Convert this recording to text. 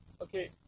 Okay